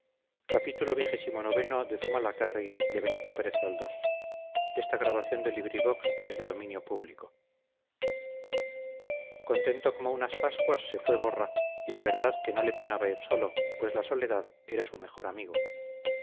contento como unas pascuas se fue borra y en verdad que no le penaba ir solo pues la soledad era su mejor amigo